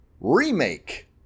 remake